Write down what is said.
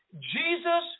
jesus